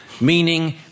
meaning